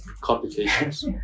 complications